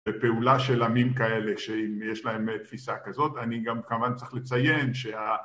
ופעולה של עמים כאלה שאם יש להם תפיסה כזאת, אני גם כמובן צריך לציין